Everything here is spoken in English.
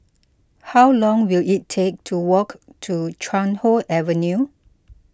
how long will it take to walk to Chuan Hoe Avenue